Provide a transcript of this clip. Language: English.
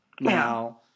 now